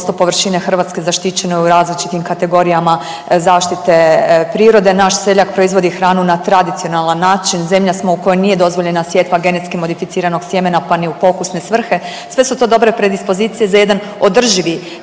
Hrvatske zaštićeno je u različitim kategorijama zaštite prirode, naš seljak proizvodi hranu na tradicionalan način, zemlja smo u kojoj nije dozvoljena sjetva genetski modificiranog sjemena pa ni u pokusne svrhe. Sve su to dobre predispozicije za jedan održivi